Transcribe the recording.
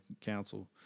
Council